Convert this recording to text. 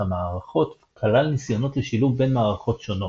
המערכות כלל ניסיונות לשילוב בין מערכות שונות.